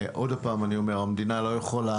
שוב אני אומר שהמדינה לא יכולה